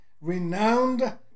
renowned